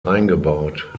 eingebaut